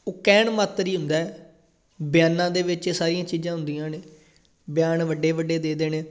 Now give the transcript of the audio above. ਉਹ ਕਹਿਣ ਮਾਤਰ ਹੀ ਹੁੰਦਾ ਬਿਆਨਾਂ ਦੇ ਵਿੱਚ ਇਹ ਸਾਰੀਆਂ ਚੀਜ਼ਾਂ ਹੁੰਦੀਆਂ ਨੇ ਬਿਆਨ ਵੱਡੇ ਵੱਡੇ ਦੇ ਦੇਣੇ